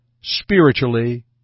spiritually